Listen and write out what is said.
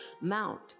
mount